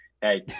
hey